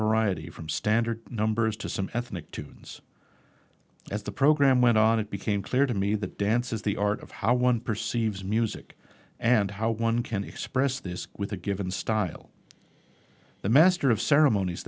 variety from standard numbers to some ethnic tunes as the programme went on it became clear to me that dance is the art of how one perceives music and how one can express this with a given style the master of ceremonies